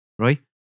right